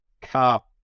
car